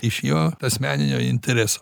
iš jo asmeninio intereso